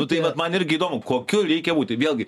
nu tai vat man irgi įdomu kokiu reikia būt tai vėlgi